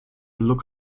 look